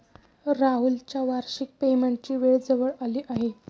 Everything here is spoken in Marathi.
राहुलच्या वार्षिक पेमेंटची वेळ जवळ आली आहे